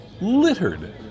littered